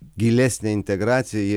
gilesnę integraciją jie